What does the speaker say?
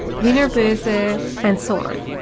wiener boerse ah and so on.